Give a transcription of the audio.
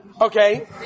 Okay